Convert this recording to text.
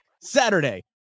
Saturday